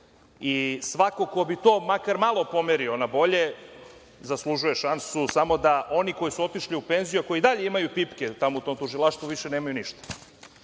i svako ko bi to makar malo pomerio na bolje zaslužuje šansu, samo da oni koji su otišli u penziju, a koji i dalje imaju pipke tamo u tom tužilaštvu više nemaju ništa.